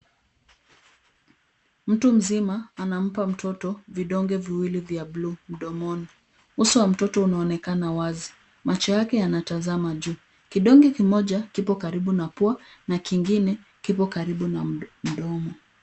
Mtu mzima anampea mtoto vidonge viwili vya buluu mdomoni. Uso wa mtoto unaonekana wazi macho yake yanatazma juu. Kidonge kimoja kiko karibu na pua na kidonge kingine kipo karibu na mdomo.